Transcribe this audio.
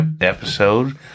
episode